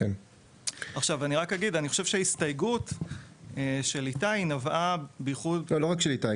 אני חושב שההסתייגות של איתי נבעה --- לא רק של איתי.